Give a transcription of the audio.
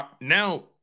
now